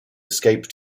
escape